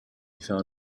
found